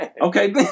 Okay